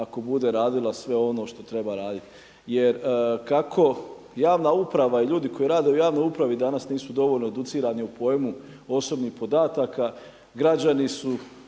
ako bude radila sve ono što treba raditi. Jer kako javna uprava i ljudi koji rade u javnoj upravi danas nisu dovoljno educirani u pojmu osobnih podataka građani su